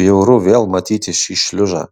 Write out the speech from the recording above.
bjauru vėl matyti šį šliužą